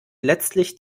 letztlich